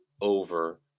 over